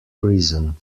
prison